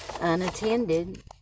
unattended